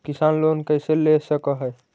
किसान लोन कैसे ले सक है?